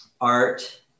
art